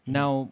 now